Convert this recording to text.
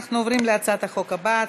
אנחנו עוברים להצעת החוק הבאה,